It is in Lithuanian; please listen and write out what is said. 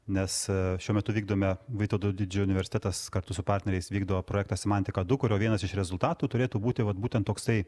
nes šiuo metu vykdome vytauto didžiojo universitetas kartu su partneriais vykdo projektą semantika du kurio vienas iš rezultatų turėtų būti vat būtent toksai